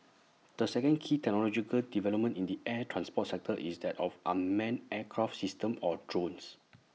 the second key technological development in the air transport sector is that of unmanned aircraft systems or drones